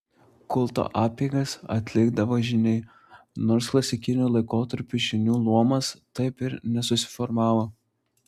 kulto apeigas atlikdavo žyniai nors klasikiniu laikotarpiu žynių luomas taip ir nesusiformavo